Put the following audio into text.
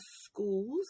schools